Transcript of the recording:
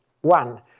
One